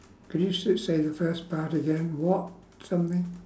could you s~ say the first part again what something